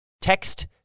Text